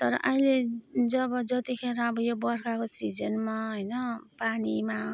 तर अहिले जब जतिखेर अब यो बर्खाको सिजनमा होइन पानीमा